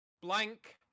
blank